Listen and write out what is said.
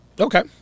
Okay